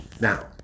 Now